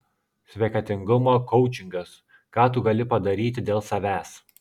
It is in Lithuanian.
sveikatingumo koučingas ką tu gali padaryti dėl savęs